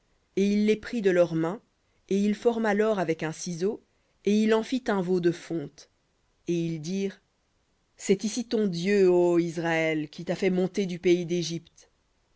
et il les prit de leurs mains et il forma l'or avec un ciseau et il en fit un veau de fonte et ils dirent c'est ici ton dieu ô israël qui t'a fait monter du pays d'égypte